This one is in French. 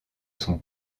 son